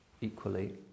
equally